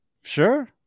Sure